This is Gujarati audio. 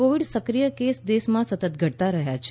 કોવિડ સક્રિય કેસ દેશમાં સતત ઘટતા રહ્યા છે